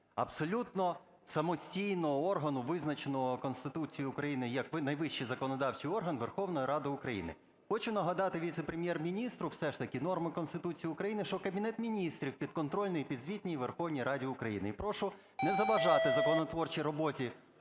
абсолютно самостійного органу, визначеного Конституцією України як найвищий законодавчий орган Верховної Ради України. Хочу нагадати віце-прем'єр-міністру все ж таки норми Конституції України, що Кабінет Міністрів підконтрольний і підзвітний Верховній Раді України. І прошу не заважати законотворчій роботі